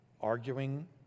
arguing